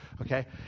Okay